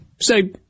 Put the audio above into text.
Say